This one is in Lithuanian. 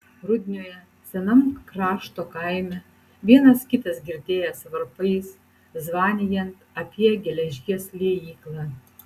rudnioje senam krašto kaime vienas kitas girdėjęs varpais zvanijant apie geležies liejyklą